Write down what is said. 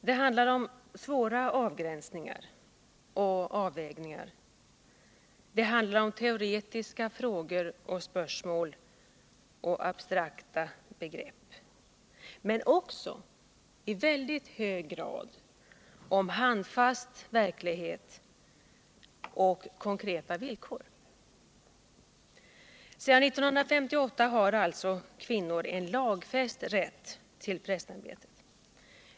Det handlar om svåra avgränsningar och avvägningar, om teoretiska spörsmål och abstrakta begrepp men också i väldigt hög grad om handfast verklighet och konkreta villkor. Sedan 1958 har kvinnor en lagfäst rätt till prästämbetet.